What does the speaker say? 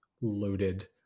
loaded